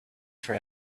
for